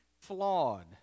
flawed